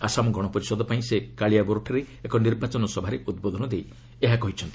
ଆସାମ ଗଣପରିଷଦ ପାଇଁ ସେ କାଳିଆବୋର୍ଠାରେ ଏକ ନିର୍ବାଚନ ସଭାରେ ଉଦ୍ବୋଧନ ଦେଇ ଏହା କହିଛନ୍ତି